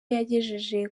yagejeje